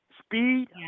Speed